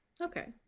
okay